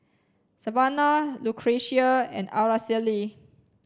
Savanna Lucretia and Aracely